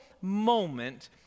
moment